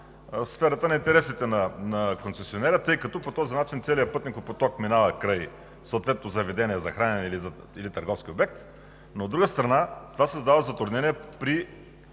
сферата на интересите на концесионера е, тъй като по този начин целият пътникопоток минава край съответното заведение за хранене или търговски обект. От друга страна, това създава затруднение при